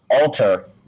alter